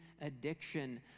addiction